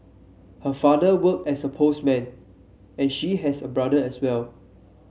her father worked as a postman and she has a brother as well